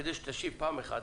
כדי שתשיב פעם אחת,